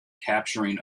capturing